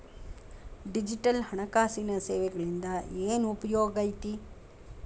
digital ಹಣಕಾಸಿನ ಸೇವೆಗಳಿಂದ ಏನ್ ಉಪಯೋಗೈತಿ